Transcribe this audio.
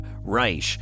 Reich